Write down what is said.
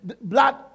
blood